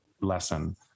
lesson